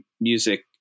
music